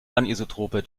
anisotroper